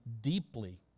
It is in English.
deeply